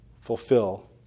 fulfill